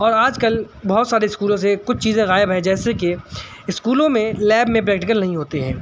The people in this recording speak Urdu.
اور آج کل بہت سارے اسکولوں سے کچھ چیزیں غائب ہیں جیسے کہ اسکولوں میں لیب میں پریکٹیکل نہیں ہوتے ہیں